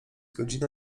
godzina